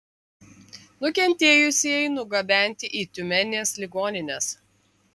nukentėjusieji nugabenti į tiumenės ligonines